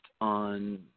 on